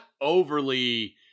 overly